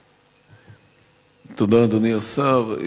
תודה, אדוני השר.